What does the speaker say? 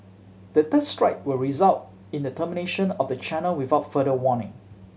the third strike will result in the termination of the channel without further warning